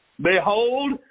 Behold